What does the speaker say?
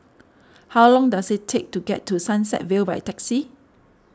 how long does it take to get to Sunset Vale by taxi